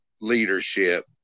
leadership